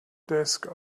desk